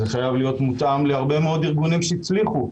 זה חייב להיות מותאם להרבה מאוד ארגונים שהצליחו.